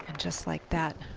um just like that,